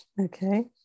Okay